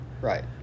right